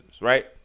right